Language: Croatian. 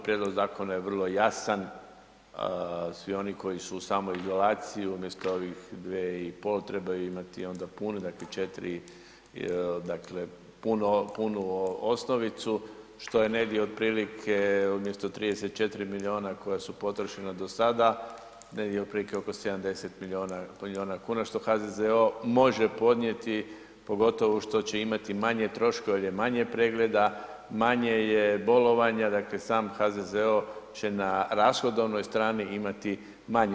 Prijedlog zakona je vrlo jasan, svi oni koji su u samoizolaciji, umjesto ovih 2,5, trebaju imati puni, dakle 4, dakle punu osnovicu, što je negdje otprilike, umjesto 34 milijuna koja su potrošena da sada, negdje otprilike oko 70 milijuna kuna, što HZZO može podnijeti, pogotovo što će imati manje troškova jer je manje pregleda, manje je bolovanja, dakle sam HZZO će na rashodovnoj strani imati manje.